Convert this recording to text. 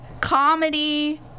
Comedy